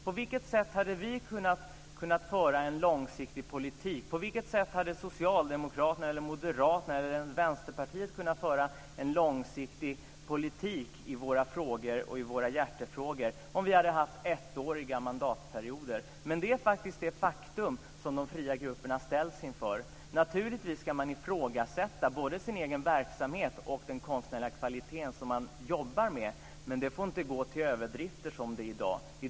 På vilket sätt hade vi kunnat föra en långsiktig politik? På vilket sätt hade Socialdemokraterna, Moderaterna eller Vänsterpartiet kunnat föra en långsiktig politik i olika frågor och i hjärtefrågor om det hade varit ettåriga mandatperioder? Det här är faktiskt ett faktum som de fria grupperna ställs inför. Naturligtvis ska man ifrågasätta både sin egen verksamhet och den konstnärliga kvalitet som man jobbar med men det får inte gå till överdrifter, som det är i dag.